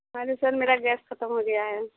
अरे सर मेरा गैस ख़त्म हो गया है